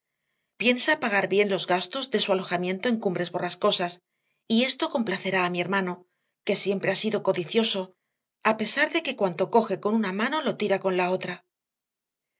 piensa pagar bien los gastos de su alojamiento en cumbres borrascosas y esto complacerá a mi hermano que siempre ha sido codicioso a pesar de que cuanto coge con una mano lo tira con la otra